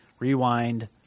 Rewind